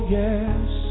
yes